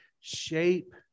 shape